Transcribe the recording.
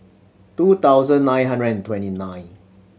two thousand nine hundred and twenty nine